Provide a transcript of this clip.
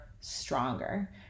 stronger